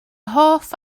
hoff